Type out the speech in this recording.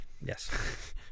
Yes